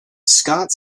scott